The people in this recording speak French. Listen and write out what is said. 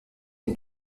une